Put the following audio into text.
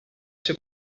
ser